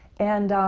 and